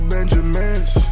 Benjamins